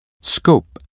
scope